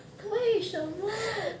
为什么